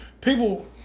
people